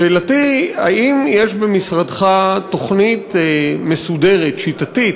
שאלתי היא: האם יש במשרדך תוכנית מסודרת, שיטתית,